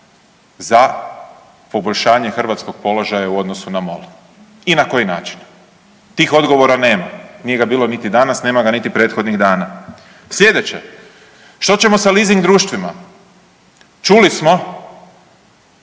za poboljšanje hrvatskog položaja u odnosu na MOL i na koji način? Tih odgovora nema. Nije ga bilo niti danas, nema ga niti prethodnih dana. Slijedeće što ćemo sa leasing društvima? Čuli smo